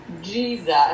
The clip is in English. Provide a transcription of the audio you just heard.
Jesus